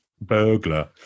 burglar